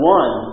one